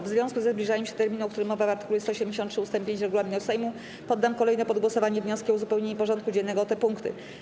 W związku ze zbliżaniem się terminu, o którym mowa w art. 173 ust. 5 regulaminu Sejmu, poddam kolejno pod głosowanie wnioski o uzupełnienie porządku dziennego o te punkty.